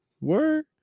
word